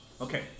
okay